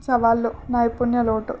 సవాళ్ళు నైపుణ్య లోటు